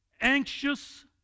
anxious